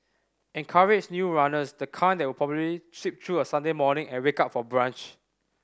encourage new runners the kind that would probably sleep through a Sunday morning and wake up for brunch